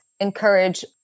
encourage